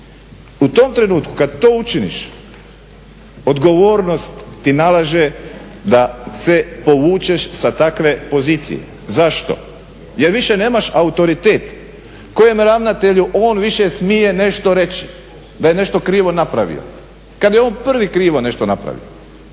U tom trenutku kada to učiniš, odgovornost ti nalaže da se povučeš sa takve pozicije. Zašto? Jer više nemaš autoritet. Kojem ravnatelju on više smije nešto reći da je nešto krivo napravio kada je on prvi krivo nešto napravio.